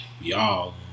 y'all